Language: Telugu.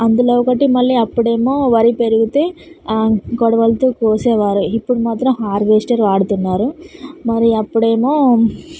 అందులో ఒకటి మళ్ళీ అప్పుడు ఏమో వరి పెరిగితే కొడవలితో కోసేవారు ఇప్పుడు మాత్రం హర్వెస్టర్ వాడుతున్నారు మరి అప్పుడు ఏమో